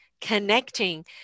connecting